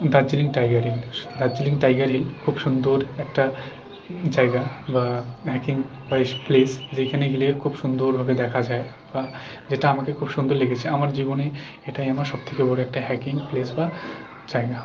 Darjeeling Tiger Hill Darjeeling Tiger Hill খুব সুন্দর একটা জায়গা বা হাইকিং ওয়াইস প্লেস যেইখানে গেলে খুব সুন্দরভাবে দেখা যায় বা যেটা আমাকে খুব সুন্দর লেগেছে আমার জীবনে এটাই আমার সবথেকে বড় একটা হাইকিং প্লেস বা জায়গা